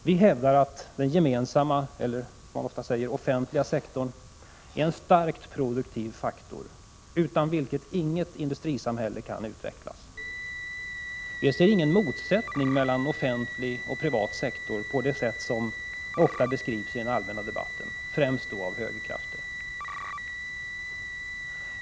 Vi hävdar att den gemensamma eller, som man ofta säger, den offentliga sektorn är en starkt produktiv faktor utan vilken inget industrisamhälle kan utvecklas. Vi ser ingen motsättning mellan offentlig och privat sektor på det sätt som ofta beskrivs i den allmänna debatten, främst då av högerkrafter.